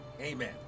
amen